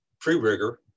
pre-rigger